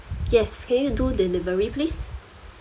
yes can you do delivery please